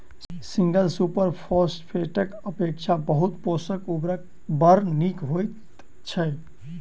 single super फौसफेटक अपेक्षा बहु पोषक उर्वरक बड़ नीक होइत छै